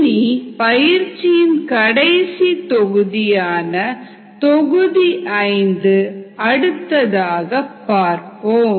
இனி பயிற்சியின் கடைசி தொகுதியான தொகுதி 5 அடுத்ததாக பார்ப்போம்